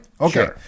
Okay